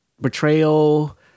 betrayal